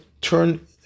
turn